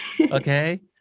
Okay